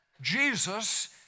Jesus